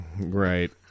Right